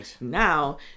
now